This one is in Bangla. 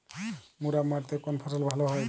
মুরাম মাটিতে কোন ফসল ভালো হয়?